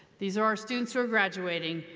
these are our students who are graduating,